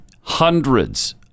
hundreds